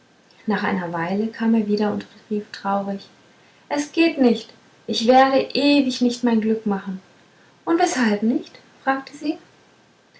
nach einer weile kam er wieder und rief traurig es geht nicht ich werde ewig nicht mein glück machen und weshalb nicht fragte sie